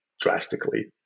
drastically